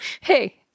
Hey